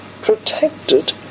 protected